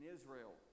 Israel